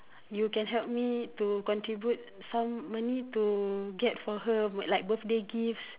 you can help me to contribute some money to get for her like birthday gifts